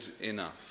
enough